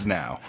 now